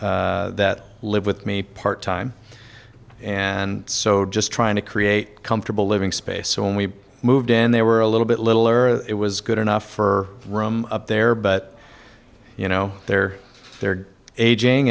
thirteen that live with me part time and so just trying to create comfortable living space so when we moved in they were a little bit littler it was good enough for room up there but you know they're there aging